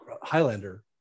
Highlander